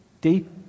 deep